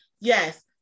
Yes